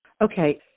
Okay